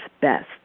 best